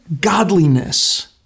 godliness